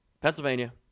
Pennsylvania